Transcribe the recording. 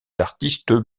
d’artistes